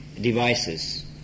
devices